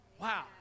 Wow